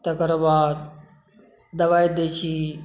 तकर बाद दबाइ दै छै